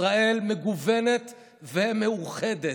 ישראל מגוונת ומאוחדת.